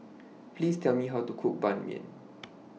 Please Tell Me How to Cook Ban Mian